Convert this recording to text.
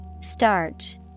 Starch